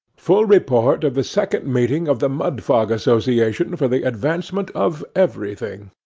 full report of the second meeting of the mudfog association for the advancement of everything